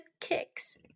kicks